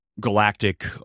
galactic